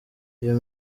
iyo